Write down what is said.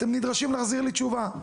אתם נדרשים להחזיר לי תשובה,